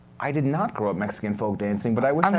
i did not grow up mexican folk dancing, but i wish